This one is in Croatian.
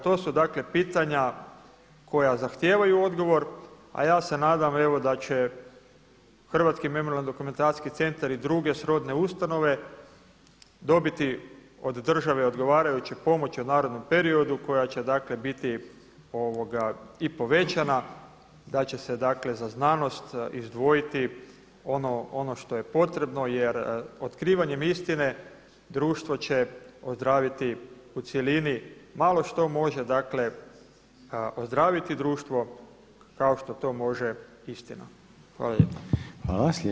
To su dakle pitanja koja zahtijevaju odgovor, a ja se nadam evo da će hrvatski Memorijalno-dokumentacijski centar i druge srodne ustanove dobiti od države odgovarajuće pomoći u narednom periodu koja će dakle biti i povećana da će se dakle za znanost izdvojiti ono što je potrebno jer otkrivanjem istine društvo će ozdraviti u cjelini, malo što može dakle ozdraviti društvo kao što to može istina.